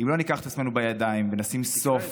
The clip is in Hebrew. אם לא ניקח את עצמנו בידיים ונשים סוף